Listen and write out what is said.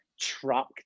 truck